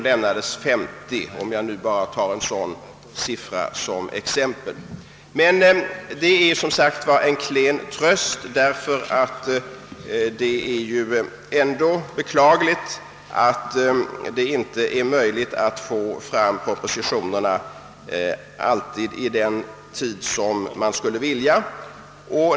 Jag tar bara de siffrorna som jämförande exempel, fastän det som sagt är en klen tröst. Givetvis är det beklagligt att vi inte alltid kan få fram propositionerna i den tid vi skulle vilja.